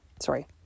Sorry